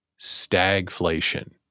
stagflation